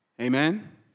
Amen